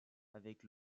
avec